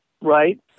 Right